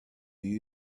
you